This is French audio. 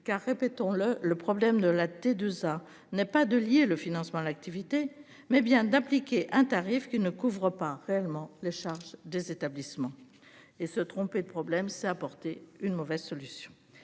Car répétons-le, le problème de la T2A n'est pas de lier le financement l'activité mais bien d'appliquer un tarif qui ne couvre pas réellement les charges des établissements et se tromper de problème ça apporté une mauvaise solution.